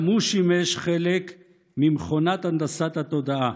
גם הוא שימש חלק ממכונת הנדסת התודעה.